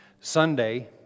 Sunday